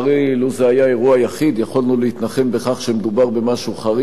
לו זה היה אירוע יחיד יכולנו להתנחם בכך שמדובר במשהו חריג,